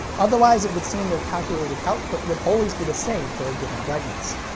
otherwise it would seem their calculated output would always be the same for a given brightness.